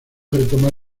retomar